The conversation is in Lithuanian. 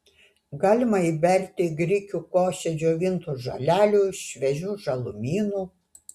galima įberti į grikių košę džiovintų žolelių šviežių žalumynų